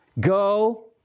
Go